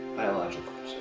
biological